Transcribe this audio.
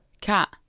Cat